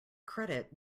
credit